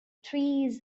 trees